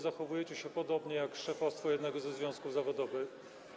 Zachowujecie się podobnie jak szefostwo jednego ze związków zawodowych.